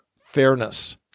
fairness